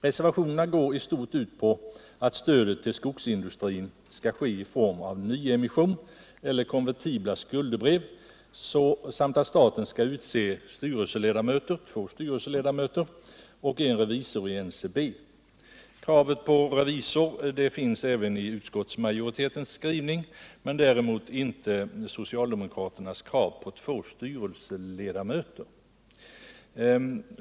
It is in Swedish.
Reservationerna går i stort ut på att stödet till skogsindustrin skall ske i form av nyemission eller konvertibla skuldebrev samt att staten skall utse två styrelseledamöter och en revisor i NCB. Kravet på en revisor finns också i utskottsmajoritetens skrivning men däremot inte socialdemokraternas krav på två styrelseledamöter.